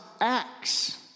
acts